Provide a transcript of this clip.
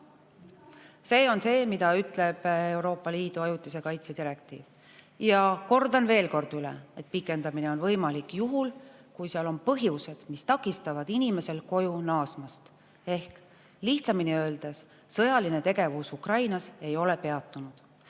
See on see, mida ütleb Euroopa Liidu ajutise kaitse direktiiv. Ja kordan veel kord üle, et pikendamine on võimalik juhul, kui on põhjused, mis takistavad inimesel koju naasta, ehk lihtsamini öeldes sõjaline tegevus Ukrainas ei ole peatunud. Mis